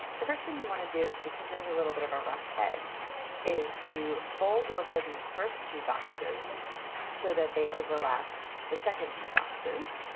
the first thing you want to do is because there's a little bit of a rough edge is to fold over these first two boxes so that they overlap the second two boxes.